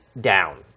down